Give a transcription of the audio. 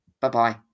Bye-bye